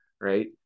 Right